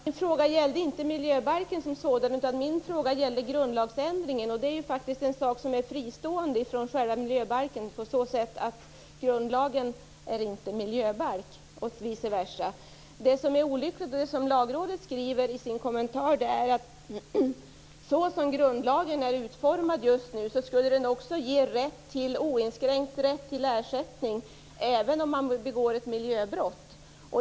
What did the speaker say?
Herr talman! Min fråga gällde inte miljöbalken som sådan utan den gällde grundlagsändringen. Den är ju faktiskt fristående från miljöbalken, eftersom grundlagen inte är någon miljöbalk och vice versa. Det som är olyckligt och som Lagrådet skriver i sin kommentar är att grundlagen, som den är utformad just nu, ger oinskränkt rätt till ersättning även om man begår ett miljöbrott.